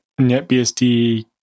NetBSD